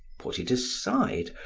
put it aside,